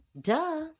duh